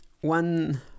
One